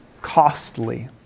costly